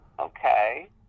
Okay